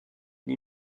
une